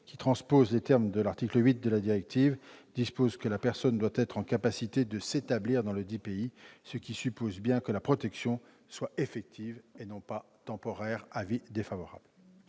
qui transpose les termes de l'article 8 de la directive Qualification, dispose que la personne doit être en mesure de s'établir dans ledit pays, ce qui suppose bien que la protection soit effective et non pas temporaire. L'avis est donc défavorable.